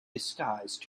disguised